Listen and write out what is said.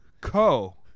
Co